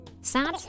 Sad